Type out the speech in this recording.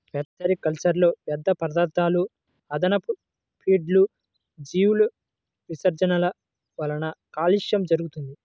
hatchery కల్చర్లో వ్యర్థపదార్థాలు, అదనపు ఫీడ్లు, జీవుల విసర్జనల వలన కాలుష్యం జరుగుతుంది